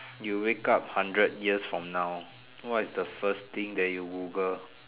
you wake up hundred years from now what is the first thing that you Google